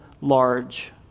large